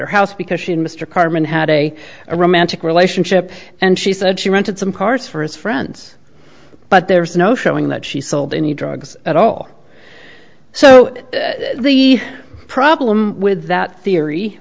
her house because she and mr cartman had a romantic relationship and she said she rented some parts for his friends but there's no showing that she sold any drugs at all so the problem with that theory